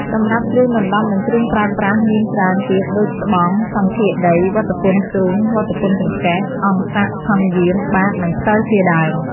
សម្រាប់គ្រឿងដណ្ដប់និងគ្រឿងប្រើប្រាស់មានច្រើនទៀតដូចស្បង់ សង្ឃាដី វត្ថពន្ធទ្រូង វត្ថពន្ធចង្កេះ អង្ស័ក ថង់យាម បាត្រ និងផ្តិលជាដើម។